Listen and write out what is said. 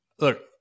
Look